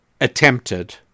attempted